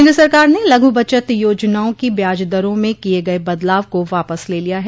केन्द्र सरकार ने लघु बचत योजनाओं की ब्याज दरों में किए गए बदलाव को वापस ले लिया है